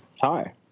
Hi